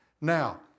Now